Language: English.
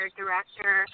director